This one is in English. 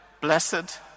blessed